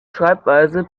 schreibweise